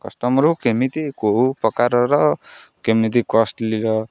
କଷ୍ଟମରକୁ କେମିତି କେଉଁ ପ୍ରକାରର କେମିତି କଷ୍ଟଲିର